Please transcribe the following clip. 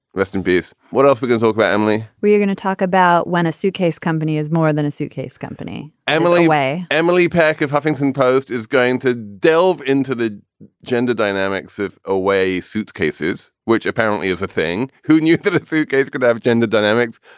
rest in peace. what else we can talk about, emily? we are going to talk about when a suitcase company is more than a suitcase company emily, weigh. emily pack of huffington post is going to delve into the gender dynamics of away suitcases, which apparently is a thing who knew that a suitcase could have gender dynamics?